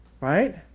right